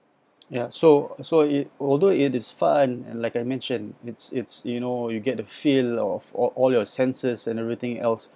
ya so so it although it is fun and like I mentioned it's it's you know you get the feel or of all all your senses and everything else